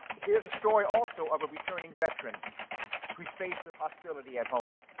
here's a story also of a returning veteran who is faced with hostility at home.